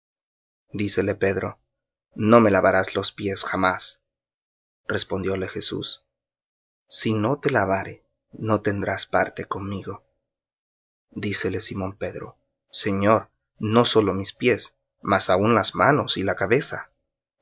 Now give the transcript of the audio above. dícele pedro no me lavarás los pies jamás respondióle jesús si no te lavare no tendrás parte conmigo dícele simón pedro señor no sólo mis pies mas aun las manos y la cabeza